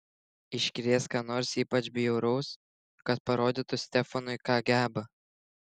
iškrės ką nors ypač bjauraus kad parodytų stefanui ką geba